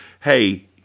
Hey